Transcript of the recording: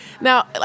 Now